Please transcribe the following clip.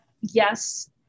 Yes